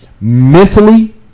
mentally